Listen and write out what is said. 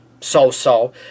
So-so